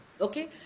Okay